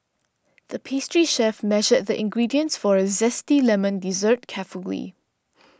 the pastry chef measured the ingredients for a Zesty Lemon Dessert carefully